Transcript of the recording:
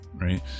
Right